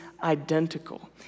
identical